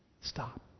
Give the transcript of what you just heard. stop